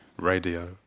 radio